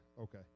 Okay